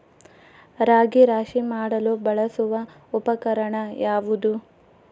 ರಾಗಿ ರಾಶಿ ಮಾಡಲು ಬಳಸುವ ಉಪಕರಣ ಯಾವುದು?